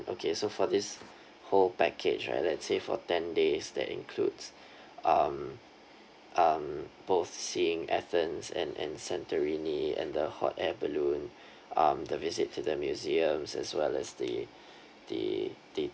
okay so for this whole package right let's say for ten days that includes um um both seeing athens and and santorini and the hot air balloon um the visit to the museums as well as the the the